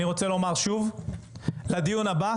אני רוצה לומר שוב, לדיון הבא